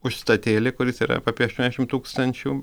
užstatėlį kuris yra apie aštuoniasdešimt tūkstančių